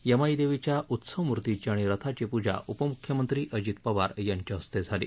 यमाई देवीच्या उत्सव मूर्तिची आणि रथाची पूजा उपम्ख्यमंत्री अजित पवार यांच्या हस्ते झाली